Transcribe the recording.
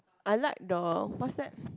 I like the what's that